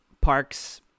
parks